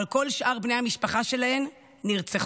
אבל כל שאר בני המשפחה שלהן נרצחו.